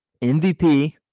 MVP